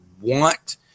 want